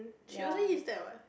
she also eats that what